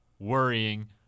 Worrying